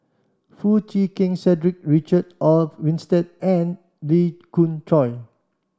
Foo Chee Keng Cedric Richard Olaf Winstedt and Lee Khoon Choy